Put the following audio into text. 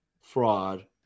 fraud